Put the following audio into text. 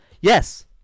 Yes